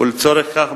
ולצורך זה,